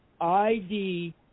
ID